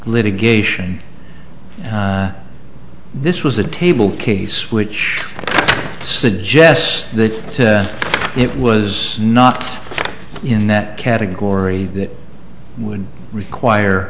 litigation and this was a table case which suggests that it was not in that category that would require